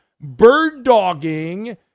bird-dogging